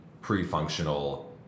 pre-functional